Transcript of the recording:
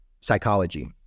psychology